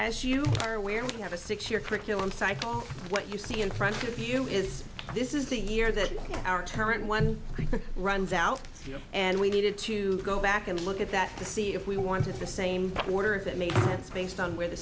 as you are aware we have a six year curriculum cycle what you see in front of you is this is the year that our turn one runs out and we needed to go back and look at that to see if we want to do the same order if it makes sense based on where the